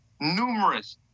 numerous